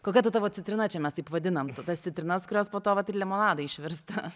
kokia ta tavo citrina čia mes taip vadinam tas citrinas kurios po to vat į limonadą išvirsta